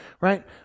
right